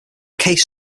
case